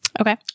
Okay